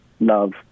love